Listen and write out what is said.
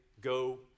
go